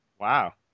Wow